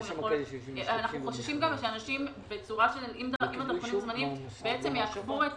אנחנו חוששים שאנשים עם דרכונים זמניים יעקפו את